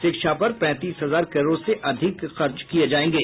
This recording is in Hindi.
शिक्षा पर पैंतीस हजार करोड़ से अधिक खर्च किये जायेंगे